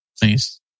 Please